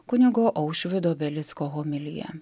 kunigo aušvydo belicko homiliją